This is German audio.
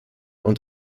und